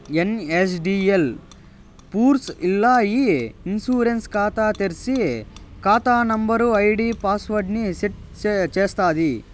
NSDL పూర్స్ ల్ల ఇ ఇన్సూరెన్స్ కాతా తెర్సి, కాతా నంబరు, ఐడీ పాస్వర్డ్ ని సెట్ చేస్తాది